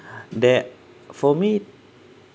that for me